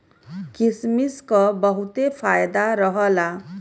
किसमिस क बहुते फायदा रहला